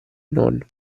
non